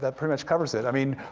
that pretty much covers it. i mean,